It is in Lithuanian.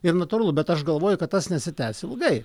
ir natūralu bet aš galvoju kad tas nesitęs ilgai